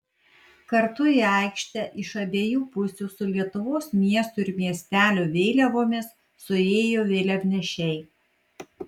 kartu į aikštę iš abiejų pusių su lietuvos miestų ir miestelių vėliavomis suėjo vėliavnešiai